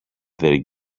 their